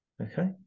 okay